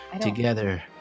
together